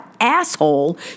asshole